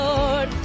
Lord